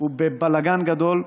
הוא בבלגן גדול,